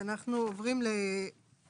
אז אנחנו עוברים ל-3.